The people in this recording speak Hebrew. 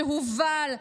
שהובל,